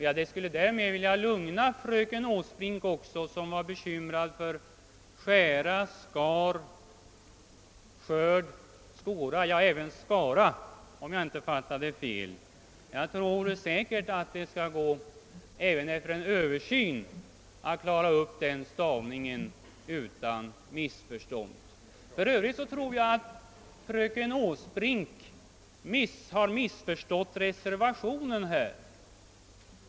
Jag kan på den punkten lugna fröken Åsbrink, som var bekymrad för stavningen av skära, skar, skör, skåra — och även Skara, om jag inte fattade det fel. Det skall säkert även efter en översyn gå att klara upp den stavningen utan svårigheter. För övrigt tror jag att fröken Åsbrink har missförstått reservationen.